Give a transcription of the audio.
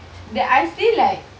that I still like